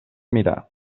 mirar